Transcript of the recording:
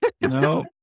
No